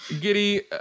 Giddy